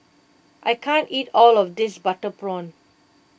I can't eat all of this Butter Prawn